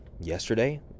Yesterday